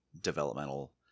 developmental